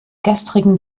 gestrigen